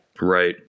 Right